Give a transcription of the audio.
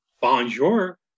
bonjour